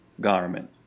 garment